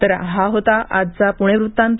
तर हा होता आजचा पुणे वृत्तांत